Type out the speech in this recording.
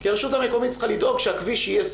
כי הרשות המקומית צריכה לדאוג שהכביש יהיה סלול.